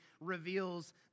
reveals